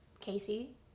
Casey